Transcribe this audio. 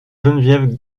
geneviève